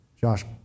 Josh